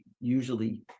usually